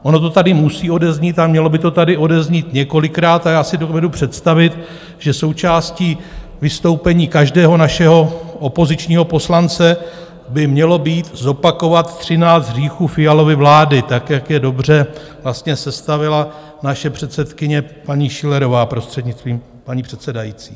Ono to tady musí odeznít a mělo by to tady odeznít několikrát a já si dovedu představit, že součástí vystoupení každého našeho opozičního poslance by mělo být zopakovat třináct hříchů Fialovy vlády, tak jak je dobře sestavila naše předsedkyně paní Schillerová, prostřednictvím paní předsedající.